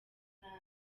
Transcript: mwangi